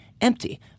empty